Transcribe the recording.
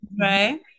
Right